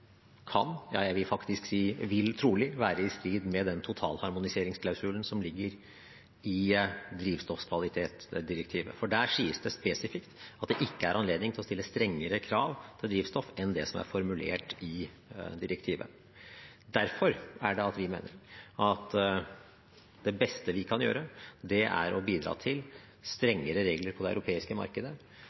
kan – ja, jeg vil faktisk si trolig vil – være i strid med den totalharmoniseringsklausulen som ligger i drivstoffkvalitetsdirektivet, for der sies det spesifikt at det ikke er anledning til å stille strengere krav til drivstoff enn det som er formulert i direktivet. Derfor mener vi at det beste vi kan gjøre, er å bidra til strengere regler på det europeiske